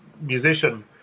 musician